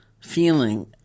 feeling